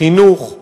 בחינוך,